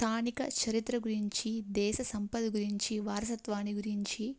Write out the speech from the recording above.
స్థానిక చరిత్ర గురించి దేశ సంపద గురించి వారసత్వాన్ని గురించి